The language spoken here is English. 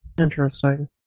interesting